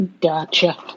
Gotcha